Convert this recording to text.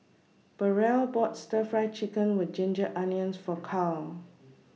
Burrell bought Stir Fry Chicken with Ginger Onions For Karl